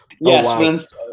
yes